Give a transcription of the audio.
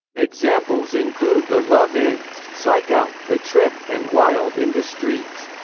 examples include the love-ins, psych-out, the trip, and wild in the streets.